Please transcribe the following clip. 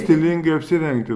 stilingai apsirengti